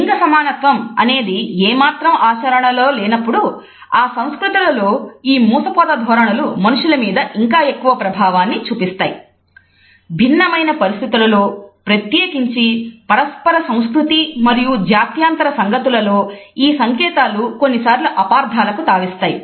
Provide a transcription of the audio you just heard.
లింగ సమానత్వం అనేది ఏమాత్రము ఆచరణలో లేనప్పుడు ఆ సంస్కృతులలో ఈ మూసపోత ధోరణులు మనుషుల మీద ఇంకా ఎక్కువ ప్రభావాన్ని చూపిస్తాయి